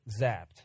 zapped